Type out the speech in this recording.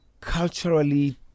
culturally